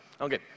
Okay